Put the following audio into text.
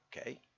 okay